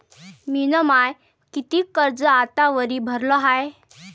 मिन माय कितीक कर्ज आतावरी भरलं हाय?